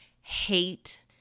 hate